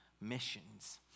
missions